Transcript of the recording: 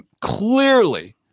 clearly